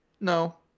No